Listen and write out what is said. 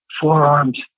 forearms